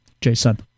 Jason